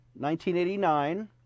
1989